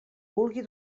vulgui